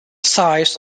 size